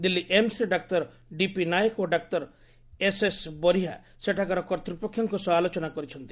ଦିଲ୍ଲୀ ଏମ୍ସରେ ଡାକ୍ତର ଡିପି ନାୟକ ଓ ଡାକ୍ତର ଏସ୍ଏସ୍ ବରିହା ସେଠାକାର କର୍ତ୍ରପକ୍ଷଙ୍କ ସହ ଆଲୋଚନା କରିଛନ୍ତି